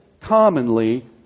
commonly